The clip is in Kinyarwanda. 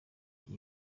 ico